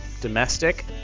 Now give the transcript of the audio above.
domestic